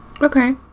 Okay